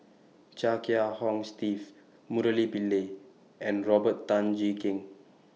Chia Kiah Hong Steve Murali Pillai and Robert Tan Jee Keng